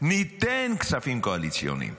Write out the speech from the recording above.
ניתן כספים קואליציוניים.